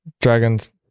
Dragon's